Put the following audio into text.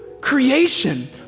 creation